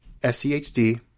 SCHD